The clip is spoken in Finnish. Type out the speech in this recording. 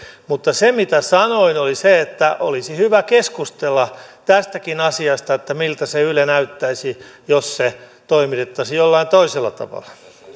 mutta se mitä sanoin oli se että olisi hyvä keskustella tästäkin asiasta miltä se yle näyttäisi jos se toimitettaisiin jollain toisella tavalla